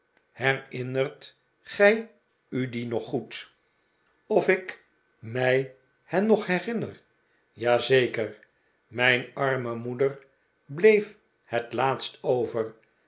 herinnert gij u die ik mij hen nog herinner ja zeker mijn arme moeder bleef het laatst over